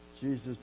Jesus